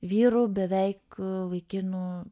vyrų beveik vaikinų